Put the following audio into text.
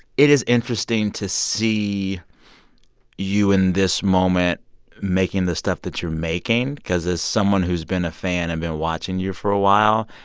it is interesting to see you in this moment making the stuff that you're making because as someone who's been a fan and been watching you for a while,